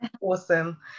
awesome